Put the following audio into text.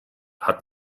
hat